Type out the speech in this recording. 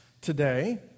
today